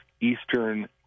Eastern